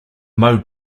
moe